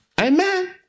Amen